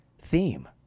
theme